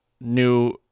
new